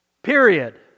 Period